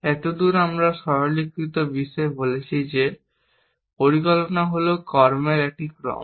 এতদূর আমরা সরলীকৃত বিশ্বে বলেছি যে একটি পরিকল্পনা হল কর্মের একটি ক্রম